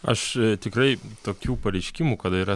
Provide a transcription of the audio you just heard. aš tikrai tokių pareiškimų kada yra